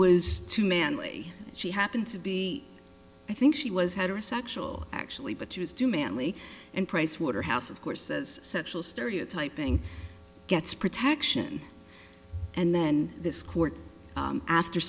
was too manly she happened to be i think she was heterosexual actually but she was too manly and pricewaterhouse of course as sexual stereotyping gets protection and then this court after